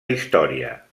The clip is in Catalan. història